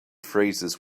phrases